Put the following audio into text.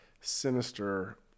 sinister